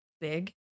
big